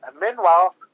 meanwhile